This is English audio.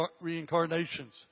reincarnations